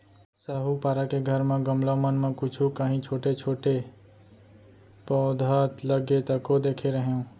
साहूपारा के घर म गमला मन म कुछु कॉंहीछोटे छोटे पउधा लगे तको देखे रेहेंव